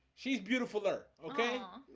she's beautiful her okay,